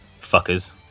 fuckers